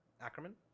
Ackerman